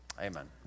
Amen